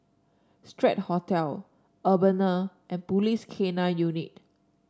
Strand Hotel Urbana and Police K Nine Unit